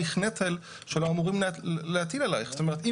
נכון, זה כן.